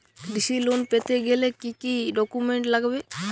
কৃষি লোন পেতে গেলে কি কি ডকুমেন্ট লাগবে?